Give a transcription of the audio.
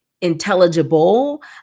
intelligible